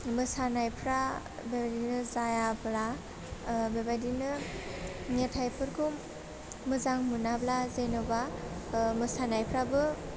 मोसानायफ्रा बेबायदिनो जायाब्ला बेबायदिनो मेथाइफोरखौ मोजां मोनाब्ला जेन'बा मोसानायफ्राबो